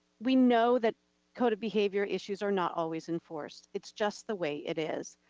we know that coded behavior issues are not always enforced. it's just the way it is.